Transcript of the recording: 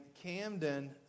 Camden